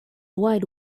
wide